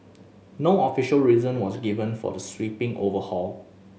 no official reason was given for the sweeping overhaul